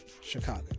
Chicago